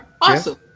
Awesome